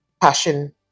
passion